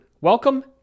Welcome